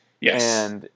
Yes